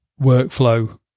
workflow